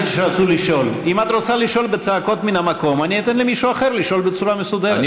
שיש בדיקה של המחלקה לחקירות שוטרים,